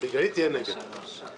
הרוויזיה על פניות מס' 240 246 לא אושרה.